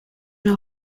know